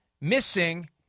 missing